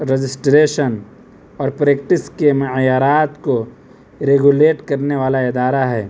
registration اور practice کے معیارات کو ریگولیٹ کرنے والا ادارہ ہے